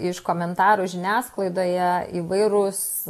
iš komentarų žiniasklaidoje įvairūs